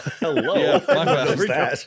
Hello